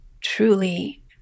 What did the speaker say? truly